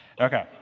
Okay